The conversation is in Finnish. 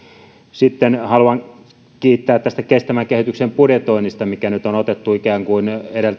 sitten haluan kiittää tästä kestävän kehityksen budjetoinnista mikä on otettu ikään kuin